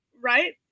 right